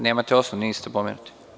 Nemate osnov, niste pomenuti.